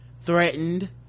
threatened